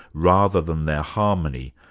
rather than their harmony,